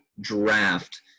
draft